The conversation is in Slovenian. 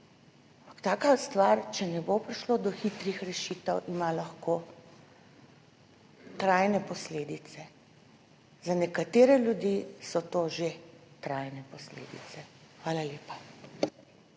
taka stvar, če ne bo prišlo do hitrih rešitev, ima lahko trajne posledice. Za nekatere ljudi so to že trajne posledice. Hvala lepa.